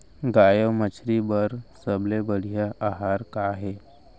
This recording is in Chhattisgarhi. गाय अऊ मछली बर सबले बढ़िया आहार का हे?